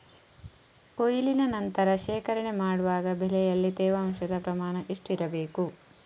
ಕೊಯ್ಲಿನ ನಂತರ ಶೇಖರಣೆ ಮಾಡುವಾಗ ಬೆಳೆಯಲ್ಲಿ ತೇವಾಂಶದ ಪ್ರಮಾಣ ಎಷ್ಟು ಇರಬೇಕು?